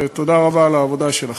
ותודה רבה על העבודה שלך.